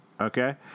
Okay